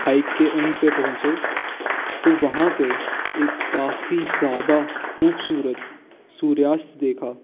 hike के end पे पहुँचे तो वहाँ पे एक काफ़ी सादा खुबसूरत सूर्यास्त देखा